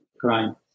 crime